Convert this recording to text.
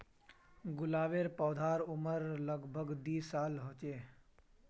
गुलाबेर पौधार उम्र लग भग दी साल ह छे